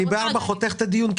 אבל ב-16:00 אני חותך את הדיון כי